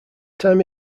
time